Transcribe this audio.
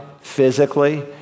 physically